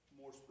more